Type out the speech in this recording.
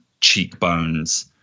cheekbones